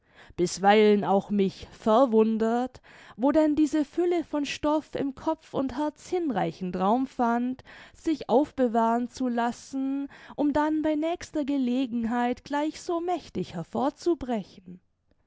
bisweilen auch mich verwundert wo denn diese fülle von stoff im kopf und herz hinreichenden raum fand sich aufbewahren zu lassen um dann bei nächster gelegenheit gleich so mächtig hervorzubrechen